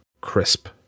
crisp